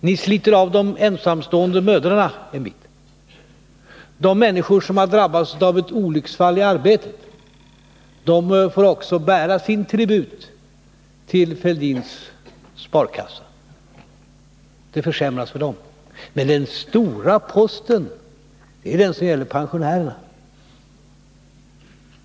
Ni sliter av de ensamstående mödrarna en bit. De människor som drabbats av ett olycksfall i arbetet får också bära sin tribut till Thorbjörn Fälldins sparkassa — det blir försämringar för dem. Men den stora posten är den som gäller pensionerna.